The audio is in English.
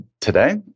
today